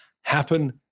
happen